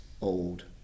old